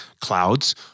clouds